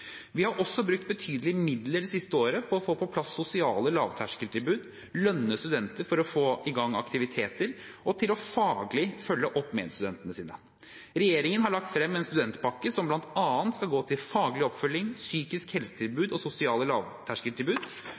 Vi har også brukt betydelige midler det siste året på å få på plass sosiale lavterskeltilbud og lønne studenter for å få i gang aktiviteter og til å følge opp medstudentene sine faglig. Regjeringen har lagt frem en studentpakke som bl.a. skal gå til faglig oppfølging, psykisk helse-tilbud og sosiale lavterskeltilbud.